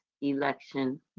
Election